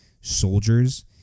soldiers